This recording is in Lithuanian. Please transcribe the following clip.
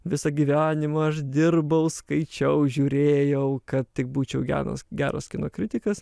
visą gyvenimą aš dirbau skaičiau žiūrėjau kad tik būčiau geras geras kino kritikas